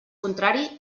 contrari